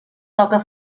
toca